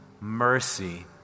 mercy